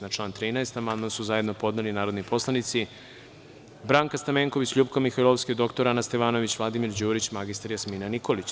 Na član 13. amandman su zajedno podneli narodni poslanici Branka Stamenković, LJupka Mihajlovska, dr. Ana Stevanović, Vladimir Đurić i mr Jasmina Nikolić.